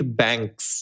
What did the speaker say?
banks